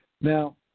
Now